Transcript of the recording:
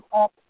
up